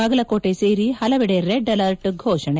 ಬಾಗಲಕೋಟೆ ಸೇರಿ ಹಲವೆಡೆ red alert ಮೋಷಣೆ